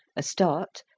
a start,